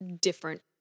different